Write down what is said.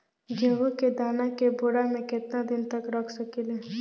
गेहूं के दाना के बोरा में केतना दिन तक रख सकिले?